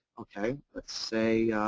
okay. let's say